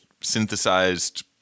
synthesized